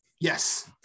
Yes